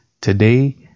Today